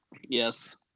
Yes